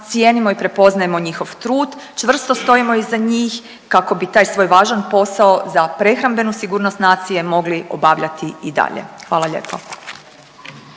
cijenimo i prepoznajemo njihov trud, čvrsto stojimo iza njih kako bi taj svoj važan posao za prehrambenu sigurnost nacije mogli obavljati i dalje. Hvala lijepo.